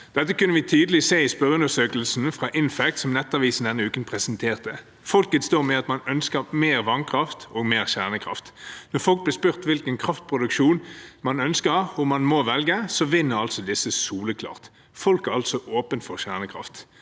Dette kunne vi tydelig se i spørreundersøkelsen fra InFact som Nettavisen presenterte denne uken. Folkets dom er at man ønsker mer vannkraft og mer kjernekraft. Når folk blir spurt hvilken kraftproduksjon man ønsker om man må velge, vinner disse soleklart. Folk er altså åpne for kjernekraft.